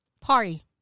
party